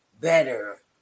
better